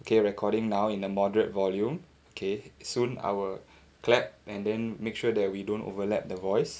okay recording now in a moderate volume okay soon I will clap and then make sure that we don't overlap the voice